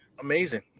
Amazing